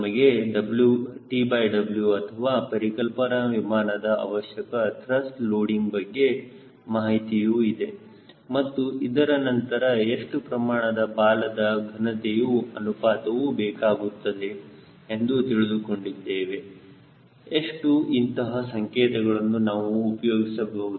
ನಮಗೆ TW ಅಥವಾ ಪರಿಕಲ್ಪನಾ ವಿಮಾನದ ಅವಶ್ಯಕ ತ್ರಸ್ಟ್ ಲೋಡಿಂಗ್ ಬಗ್ಗೆ ಮಾಹಿತಿಯೂ ಇದೆ ಮತ್ತು ಅದರ ನಂತರ ಎಷ್ಟು ಪ್ರಮಾಣದ ಬಾಲದ ಘನತೆಯ ಅನುಪಾತವು ಬೇಕಾಗುತ್ತದೆ ಎಂದು ತಿಳಿದುಕೊಂಡಿದ್ದೇವೆ ಎಷ್ಟು ಇಂತಹ ಸಂಕೇತಗಳನ್ನು ನಾವು ಉಪಯೋಗಿಸಿರಬಹುದು